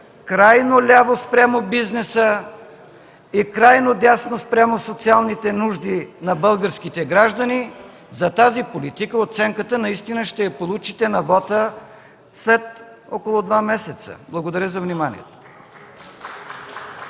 крайно ляво спрямо бизнеса и крайно дясно спрямо социалните нужди на българските граждани, за тази политика оценката ще получите на вота след около два месеца. Благодаря за вниманието.